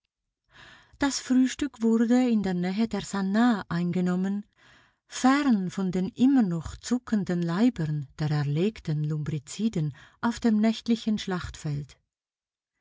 das frühstück wurde in der nähe der sannah eingenommen fern von den immer noch zuckenden leibern der erlegten lumbriciden auf dem nächtlichen schlachtfeld